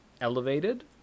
elevated